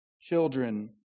children